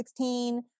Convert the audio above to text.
2016